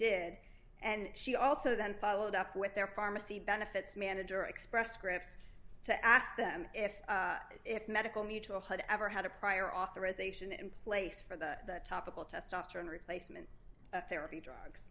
did and she also then followed up with their pharmacy benefits manager express scripts to ask them if if medical mutual had ever had a prior authorization in place for the topical testosterone replacement therapy drugs